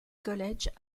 college